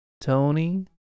Tony